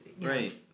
Right